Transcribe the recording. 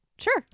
Sure